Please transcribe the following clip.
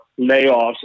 layoffs